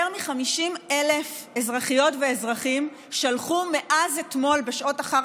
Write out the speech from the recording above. יותר מ-50,000 אזרחיות ואזרחים שלחו מאז אתמול בשעות אחר